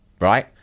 Right